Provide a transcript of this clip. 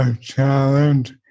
challenge